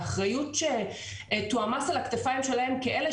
האחריות שתועמס על הכתפיים שלהם כאלה